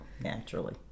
Naturally